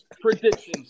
predictions